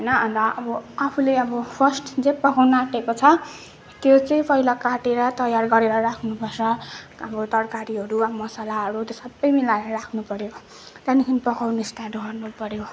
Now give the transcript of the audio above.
होइन अन्त अब आफूले अब फर्स्ट जे पकाउन आँटेको छ त्यो चाहिँ पहिला काटेर तयार गरेर राख्नु पर्छ अब तरकारीहरू अब मसलाहरू त्यो सबै मिलाएर राख्नु पऱ्यो त्याँदेखि पकाउनु स्टार्ट गर्नु पऱ्यो